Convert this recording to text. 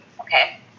Okay